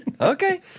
Okay